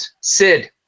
Sid